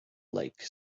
lake